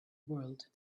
world